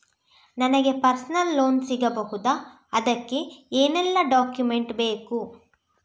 ನನಗೆ personal loan ಸಿಗಬಹುದ ಅದಕ್ಕೆ ಏನೆಲ್ಲ ಡಾಕ್ಯುಮೆಂಟ್ ಬೇಕು?